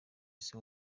isi